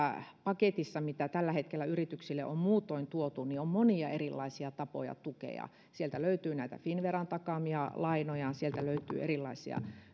paketissa mitä tällä hetkellä yrityksille on muutoin tuotu on monia erilaisia tapoja tukea sieltä löytyy finnveran takaamia lainoja sieltä löytyy erilaisia